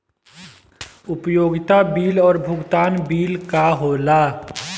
उपयोगिता बिल और भुगतान बिल का होला?